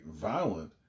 violent